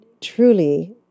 truly